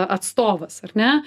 atstovas ar ne